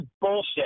bullshit